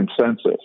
consensus